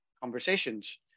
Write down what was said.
conversations